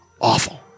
awful